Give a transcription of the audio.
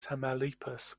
tamaulipas